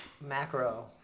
macro